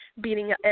beating